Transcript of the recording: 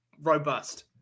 robust